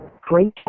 great